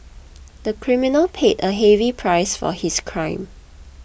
the criminal paid a heavy price for his crime